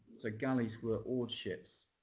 so galleys were oared ships,